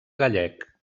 gallec